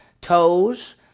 toes